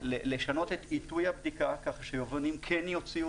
לשנות את עיתוי הבדיקה כך שיבואנים כן יוציאו